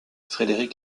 frédéric